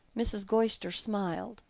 mrs. gostar smiled.